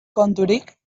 konturik